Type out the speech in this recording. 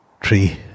tree